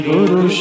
Guru